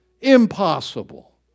Impossible